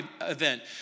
event